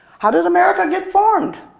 how did america get formed?